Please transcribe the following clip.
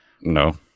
No